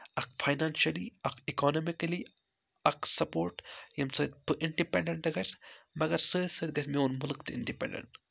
اکھ فاینانشلی اَکھ اِکانمِکٔلی اکھ سَپوٹ ییٚمہِ سۭتۍ بہٕ اِنڈِپیٚنڈَنٹ گَژھِ مَگَر سۭتۍ سۭتۍ گژھِ میون مُلک تہِ اِنڈِپٮ۪نٛڈَنٛٹ